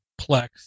plex